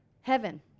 Heaven